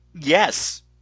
Yes